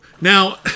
Now